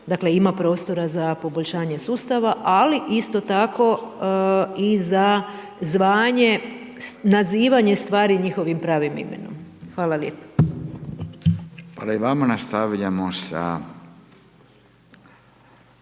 tako ima prostora za poboljšanje sustava. Ali isto tako i za zvanje, nazivanje stvari njihovim pravim imenom. Hvala lijepo. **Radin, Furio